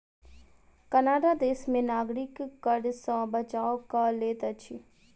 Canada देश में नागरिक कर सॅ बचाव कय लैत अछि